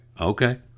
Okay